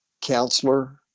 counselor